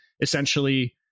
essentially